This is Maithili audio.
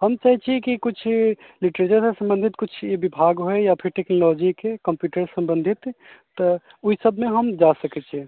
हम चाहै छी कि किछु लिटरेचरसँ सम्बन्धित किछु विभाग होइ या फिर टेक्नोलोजीके कम्प्यूटरसँ सम्बन्धित तऽ ओहि सभमे हम जा सकैत छियै